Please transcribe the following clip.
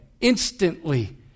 instantly